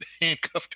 handcuffed